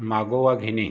मागोवा घेणे